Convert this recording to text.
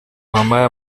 wampaye